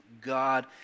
God